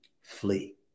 flee